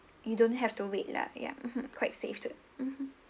you don't have to wait lah ya mmhmm quite safe to mmhmm